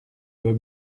doit